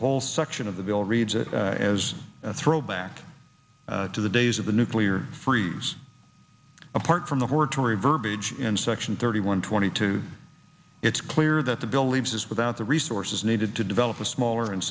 whole section of the bill reads it is a throwback to the days of the nuclear freeze apart from the word tory verbiage in section thirty one twenty two it's clear that the believes is without the resources needed to develop a smaller and